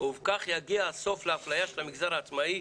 ובכך יגיע הסוף לאפלייה של המגזר העצמאי.